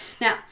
Now